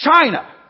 China